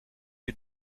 you